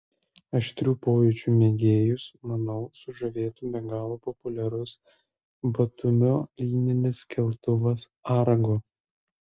aštrių pojūčių mėgėjus manau sužavėtų be galo populiarus batumio lyninis keltuvas argo